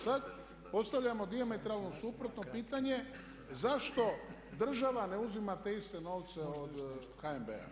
Sad postavljamo dijametralno suprotno pitanje zašto država ne uzima te iste novce od HNB-a.